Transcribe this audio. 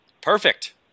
perfect